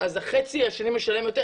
אז החצי השני משלם יותר,